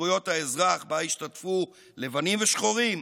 לזכויות האזרח, שבה השתתפו לבנים ושחורים,